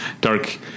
dark